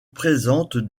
présentent